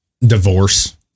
divorce